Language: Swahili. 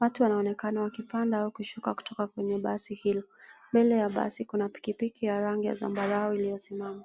Watu wanaonekana wakipanda au kushuka kutoka kwenye basi hili. Mbele ya basi kuna pikipiki ya rangi ya zambarau iliyosimama.